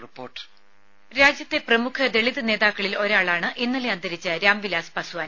ദേദ രാജ്യത്തെ പ്രമുഖ ദളിത് നേതാക്കളിൽ ഒരാളാണ് ഇന്നലെ അന്തരിച്ച രാംവിലാസ് പസ്വാൻ